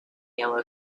yellow